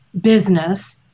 business